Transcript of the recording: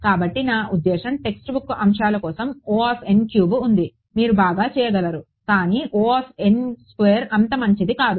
కాబట్టి నా ఉద్దేశ్యం టెక్స్ట్బుక్ అంశాలు కోసం ఉంది మీరు బాగా చేయగలరు కానీ అంత మంచిది కాదు